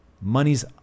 money's